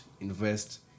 invest